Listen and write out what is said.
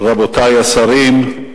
רבותי השרים,